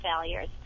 failures